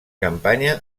campanya